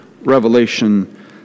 Revelation